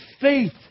faith